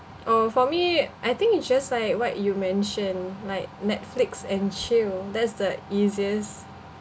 oh for me I think it just like what you mention like netflix and chill that's the easiest